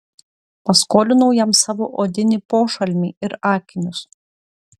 paskolinau jam savo odinį pošalmį ir akinius